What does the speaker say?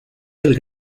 del